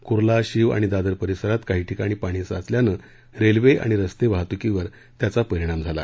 कुर्ला शीव आणि दादर परिसरात काही ठिकाणी पाणी साचल्यानं रेल्वे आणि रस्ते वाहतुकीवर त्याचा परिणाम झाला